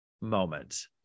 moment